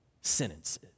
sentences